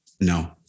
No